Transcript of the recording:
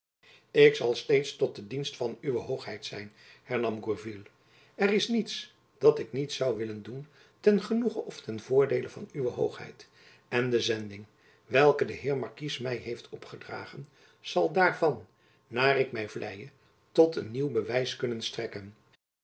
ik zal steeds tot de dienst van uwe hoogheid zijn hernam gourville er is niets dat ik niet zoû willen doen ten genoege of ten voordeele van uwe hoogheid en de zending welke de heer markies my heeft opgedragen zal daarvan naar ik my vleie tot een nieuw bewijs kunnen strekken